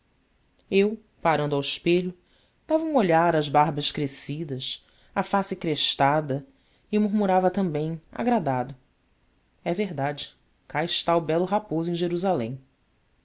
eu parando ao espelho dava um olhar às barbas crescidas à face crestada e murmurava também agradado e verdade cá está o belo raposo em jerusalém